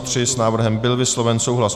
S návrhem byl vysloven souhlas.